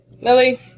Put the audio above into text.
Lily